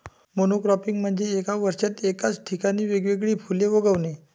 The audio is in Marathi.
मोनोक्रॉपिंग म्हणजे एका वर्षात एकाच ठिकाणी वेगवेगळी फुले उगवणे